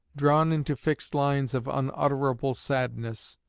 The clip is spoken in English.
drawn into fixed lines of unutterable sadness,